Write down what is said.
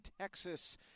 Texas